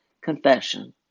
Confession